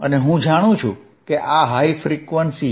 અને હું જાણું છું કે આ હાઇ ફ્રીક્વન્સી છે